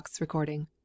recording